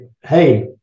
Hey